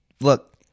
look